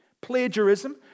Plagiarism